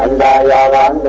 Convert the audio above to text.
la la